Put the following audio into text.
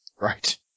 Right